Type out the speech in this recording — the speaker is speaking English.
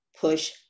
push